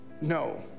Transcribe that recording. no